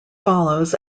follows